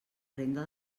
renda